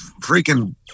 freaking